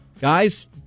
Guys